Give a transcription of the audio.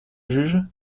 juges